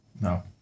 No